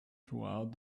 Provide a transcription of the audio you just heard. throughout